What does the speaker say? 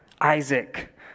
Isaac